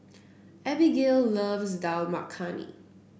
Abigayle loves Dal Makhani